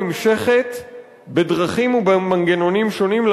הנמשכת בדרכים ובמנגנונים שונים,